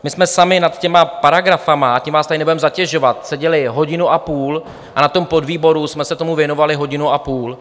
My jsme sami nad těmi paragrafy a tím vás tady nebudeme zatěžovat seděli hodinu a půl a na podvýboru jsme se tomu věnovali hodinu a půl.